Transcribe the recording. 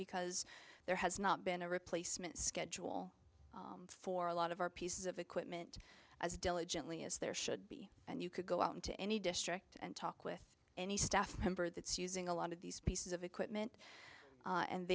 because there has not been a replacement schedule for a lot of our pieces of equipment as diligently as there should be and you could go out into any district and talk with any staff member that's using a lot of these pieces of equipment